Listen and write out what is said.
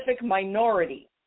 minority